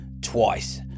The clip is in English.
twice